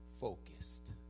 focused